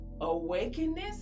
awakenness